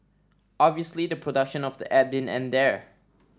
obviously the production of the app didn't end there